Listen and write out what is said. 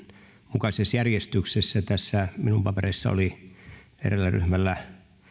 mukaisessa järjestyksessä tässä minun papereissani oli eräällä ryhmällä